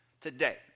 today